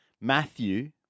Matthew